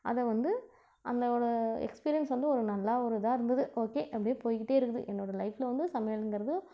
அதை வந்து அந்த ஒரு எக்ஸ்பீரியன்ஸ் வந்து ஒரு நல்ல ஒரு இதாக இருந்தது ஓகே அப்டேயே போய்கிட்டே இருக்குது என்னோடய லைஃபில் வந்து சமையல்ங்கிறது